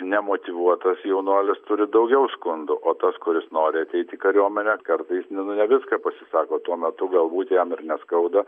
nemotyvuotas jaunuolis turi daugiau skundų o tas kuris nori ateit kariuomenę kartais nu nu ne viską pasisako tuo metu galbūt jam ir neskauda